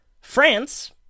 France